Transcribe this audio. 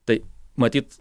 tai matyt